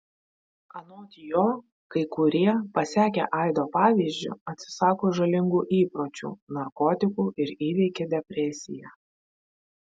anot jo kai kurie pasekę aido pavyzdžiu atsisako žalingų įpročių narkotikų ir įveikia depresiją